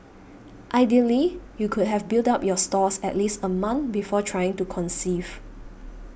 ideally you could have built up your stores at least a month before trying to conceive